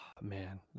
man